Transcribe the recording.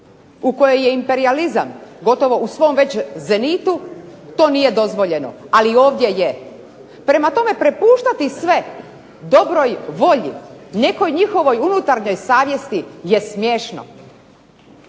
u kojoj je imperijalizam u gotovo u svom već zenitu to nije dozvoljeno. Ali ovdje je. Prema tome, prepuštati sve dobroj volji, nekoj njihovoj unutarnjoj savjesti je smiješno.